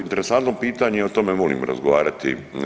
Interesantno pitanje, o tome volim razgovarati.